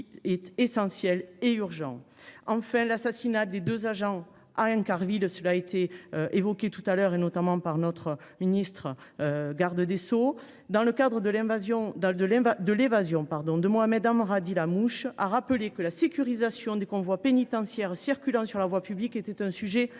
Enfin, l’assassinat des deux agents à Incarville – cela a été évoqué tout à l’heure, notamment par M. le garde des sceaux –, lors de l’évasion de Mohamed Amra, dit La Mouche, a rappelé que la sécurisation des convois pénitentiaires circulant sur la voie publique était un sujet majeur.